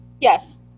Yes